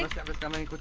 never w